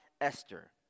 Esther